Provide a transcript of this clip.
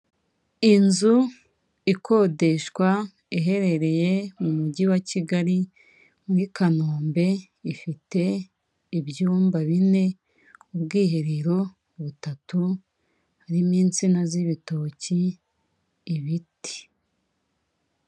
Inzu ikodeshwa iherereye mu mujyi wa Kigali muri Kanombe ifite ibyumba bine ubwiherero butatu harimo insina z'ibitoki ibiti.